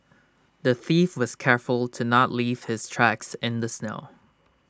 the thief was careful to not leave his tracks in the snow